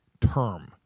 term